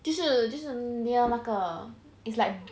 就是就是 near 那个 is like